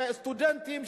סטודנטים,